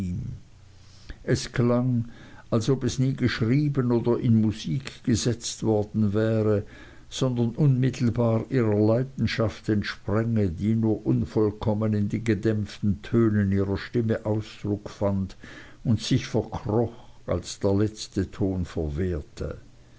es klang als ob es nie geschrieben oder in musik gesetzt worden wäre sondern unmittelbar ihrer leidenschaft entspränge die nur unvollkommen in den gedämpften tönen ihrer stimme ausdruck fand und sich verkroch als der letzte ton verwehte